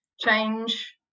change